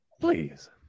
Please